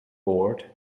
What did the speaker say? bored